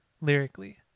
lyrically